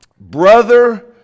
brother